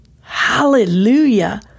Hallelujah